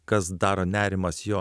kas daro nerimas jo